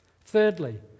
Thirdly